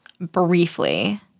briefly